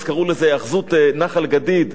אז קראו לזה היאחזות נח"ל גדיד.